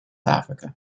africa